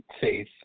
faith